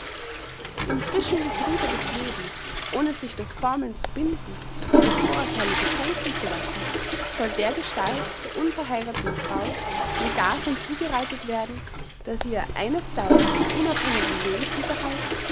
im frischen getriebe des lebens ohne sich durch formeln zu binden durch vorurtheile beschränken zu lassen soll dergestalt der unverheiratheten frau ein dasein zubereitet werden das ihr einestheils unabhängigen lebensunterhalt